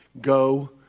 Go